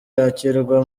yakirwa